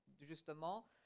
justement